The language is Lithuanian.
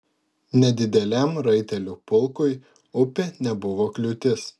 nedideliam raitelių pulkui upė nebuvo kliūtis